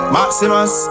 Maximus